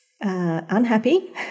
unhappy